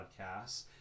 podcasts